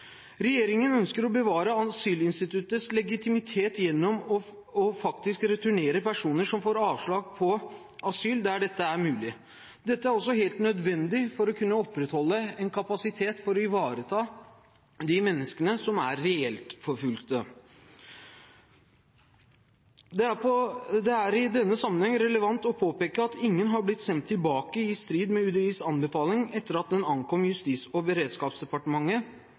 Regjeringen ønsker å bevare asylinstituttets legitimitet gjennom faktisk å returnere personer som får avslag på asylsøknad der dette er mulig. Dette er også helt nødvendig for å kunne opprettholde en kapasitet for å ivareta de menneskene som er reelt forfulgte. Det er i denne sammenheng relevant å påpeke at ingen har blitt sendt tilbake i strid med UDIs anbefaling etter at UDIs praksisforeleggelse ankom Justis- og beredskapsdepartementet